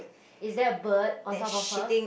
is there a bird on top of her